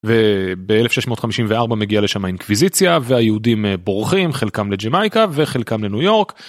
וב-1654 מגיע לשם אינקוויזיציה והיהודים בורחים חלקם לג'מאיקה וחלקם לניו יורק.